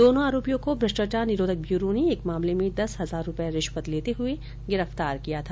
दोनों आरोपियों को भ्रष्टाचार निरोधक ब्यूरो ने एक मामले में दस हजार रुपए रिश्वत लेते हुए गिरफ्तार किया था